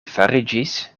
fariĝis